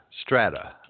strata